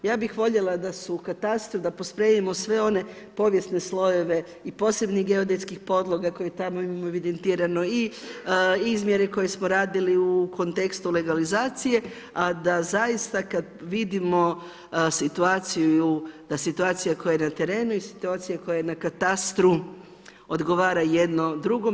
Ja bih voljela da su u katastru, da pospremimo sve one povijesne slojeve i posebni geodetskih podloga koje imamo tamo evidentirano i izmjere koje smo radili u kontekstu legalizacije, a da zaista kad vidimo situaciju, da situacija koja je na terenu i situacija koja je na katastru odgovara jedno drugom.